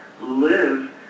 live